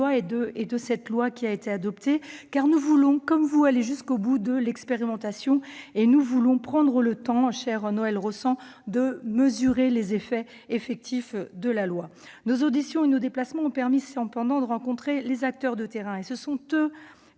de la loi qui a été adoptée ! En effet, nous voulons, comme vous, aller jusqu'au bout de l'expérimentation et nous voulons prendre le temps, chère Noëlle Rauscent, de mesurer les effets réels de la loi. Nos auditions et nos déplacements nous ont permis de rencontrer les acteurs de terrain. Ce sont eux